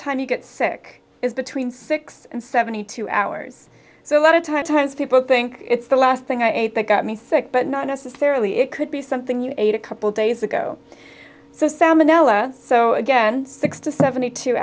time you get sick is between six and seventy two hours so a lot of times people think it's the last thing i ate that got me sick but not necessarily it could be something you ate a couple days ago so salmon l a so again six to seventy two